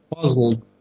puzzled